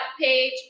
page